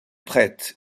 prête